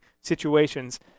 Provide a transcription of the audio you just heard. situations